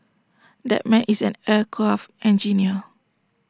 that man is an aircraft engineer